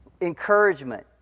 Encouragement